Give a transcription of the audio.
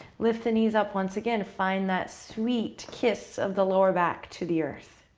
lift the knees up once again. find that sweet kiss of the lower back to the earth.